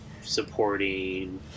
supporting